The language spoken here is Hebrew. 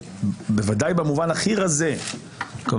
בוודאי במובן הכי רזה כלומר,